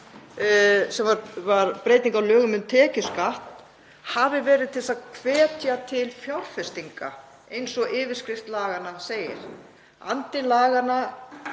sem voru breyting á lögum um tekjuskatt, hafi verið til að hvetja til fjárfestinga eins og yfirskrift laganna segir. Andi laganna